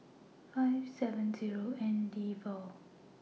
five seven Zero N D four